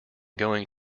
going